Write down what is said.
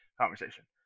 conversation